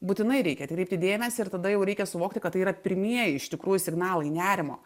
būtinai reikia atkreipti dėmesį ir tada jau reikia suvokti kad tai yra pirmieji iš tikrųjų signalai nerimo